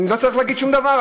אני לא צריך להגיד שום דבר.